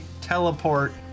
teleport